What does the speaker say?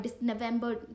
November